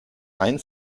ein